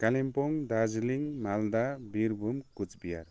Kalimpong Darjeeling Malda Birbhum Cooch Behar